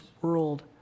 world